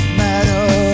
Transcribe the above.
matter